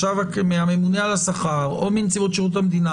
מהממונה על השכר או מנציבות שירות המדינה